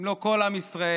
אם לא כל עם ישראל,